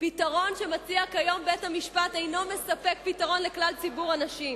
פתרון שמציע כיום בית-המשפט אינו מספק פתרון לכלל ציבור הנשים.